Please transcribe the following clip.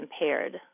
impaired